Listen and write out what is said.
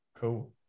Cool